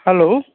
hello